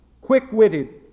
quick-witted